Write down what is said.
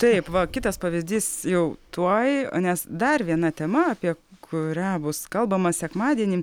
taip va kitas pavyzdys jau tuoj nes dar viena tema apie kurią bus kalbama sekmadienį